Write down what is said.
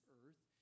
earth